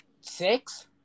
six